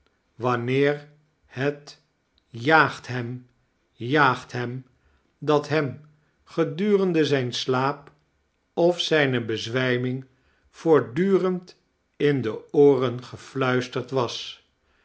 wanneer het jaagt hem jaagt hem dat hem gedurende zijn s'laap of zijne beewijming vooi-tdwrend in de ooren gefluisterd was